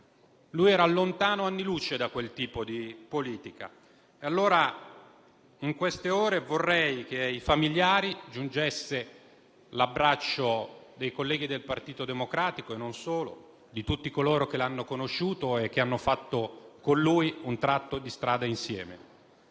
Lui era lontano anni luce da quel tipo di politica. In queste ore vorrei che ai familiari giungesse l'abbraccio dei colleghi del Partito Democratico e non solo, di tutti coloro che l'hanno conosciuto e che hanno fatto con lui un tratto di strada insieme.